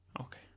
Okay